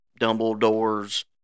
Dumbledore's